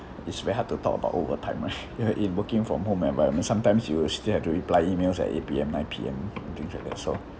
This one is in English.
it's very hard to talk about overtime ah you are in working from home environment sometimes you will still have to reply emails at eight P_M nine P_M and things like that so